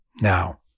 Now